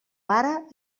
pare